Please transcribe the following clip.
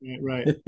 right